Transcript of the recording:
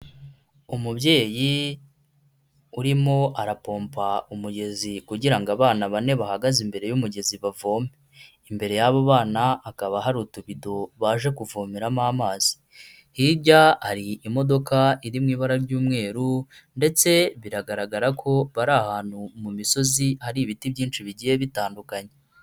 Umubyeyi urimo arapompa umugezi kugira ngo abana bane bahagaze imbere y'umugezi bavome. Imbere y'abo bana hakaba hari utubido baje kuvomeramo amazi. Hirya hari imodoka iri mu ibara ry'umweru ndetse biragaragara ko bari ahantu mu misozi hari ibiti byinshi bigiye bitandukanye.